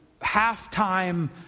halftime